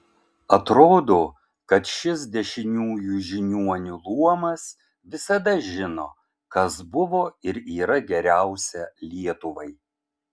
atrodo kad šis dešiniųjų žiniuonių luomas visada žino kas buvo ir yra geriausia lietuvai